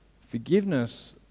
Forgiveness